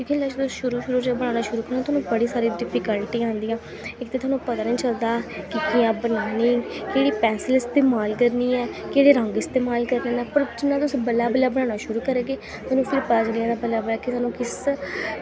क्योंकि जिल्लै तुस शुरु शुरु च बनाना शुरु करो तोआनूं बड़ी सारी डिफिक्लटियां औंदियां इक ते थुआनूं पता निं चलदा कि कि'यां बनानी केह्ड़ी पैंसल इस्तेमाल करनी ऐ केह्ड़े रंग इस्तेमाल करने न पर जियां तुस बल्लें बल्लें बनाना शुरू करगे तोआनूं फिर पता चली जाना बल्लें बल्लें कि तोआनूं किस